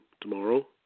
tomorrow